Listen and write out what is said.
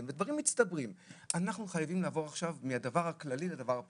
אנחנו חייבים לעבור להסתכלות